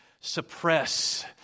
suppress